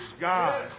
God